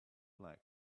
flag